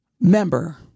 member